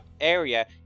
area